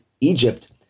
Egypt